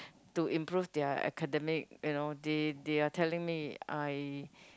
to improve their academic you know they they are telling me I